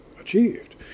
achieved